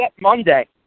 Monday